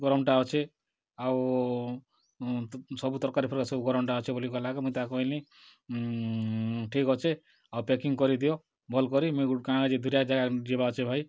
ଗରମଟା ଅଛି ଆଉ ସବୁ ତରକାରୀ ଫରକାରୀ ସବୁ ଗରମଟା ଅଛି ବୋଲି କହିଲାକୁ ମୁଁ ତାକୁ କହିଲି ଠିକ୍ ଅଛି ଆଉ ପ୍ୟାକିଂ କରିଦିଅ ଭଲ କରି ମୁଁ କାଣା ଯେ ଦୂର ଜାଗାକୁ ଯିବା ଅଛି ଭାଇ